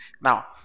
Now